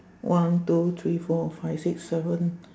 one two three four five six seven